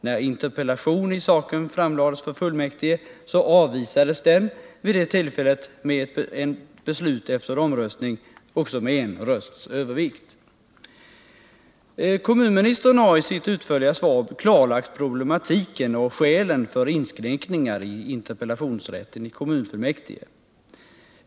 När interpellation i saken framlades för fullmäktige avvisades den — vid det tillfället genom ett beslut efter omröstning också med en rösts övervikt. Kommunministern har i sitt utförliga svar klarlagt problematiken och skälen för inskränkningar i interpellationsrätten i kommunfullmäktige.